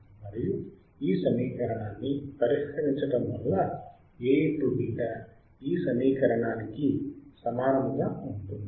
మరియు ఈ సమీకరణాన్ని పరిష్కరించడం వల్ల Aβ ఈ సమీకరణానికి కి సమానముగా ఉంటుంది